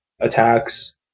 attacks